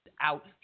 out